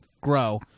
grow